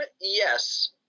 Yes